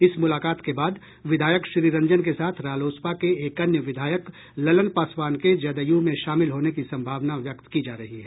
इस मुलाकात के बाद विधायक श्री रंजन के साथ रालोसपा के एक अन्य विधायक ललन पासवान के जदयू में शामिल होने की सम्भावना व्यक्त की जा रही है